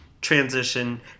transition